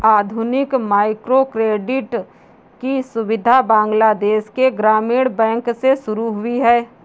आधुनिक माइक्रोक्रेडिट की सुविधा बांग्लादेश के ग्रामीण बैंक से शुरू हुई है